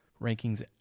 rankings